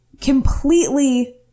completely